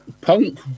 punk